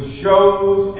shows